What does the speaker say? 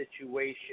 situation